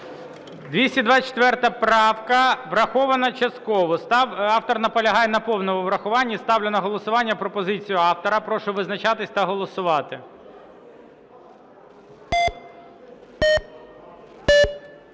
224 правка, врахована частково. Автор наполягає на повному врахуванні. Ставлю на голосування пропозицію автора, прошу визначатись та голосувати.